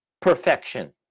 perfection